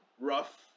rough